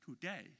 today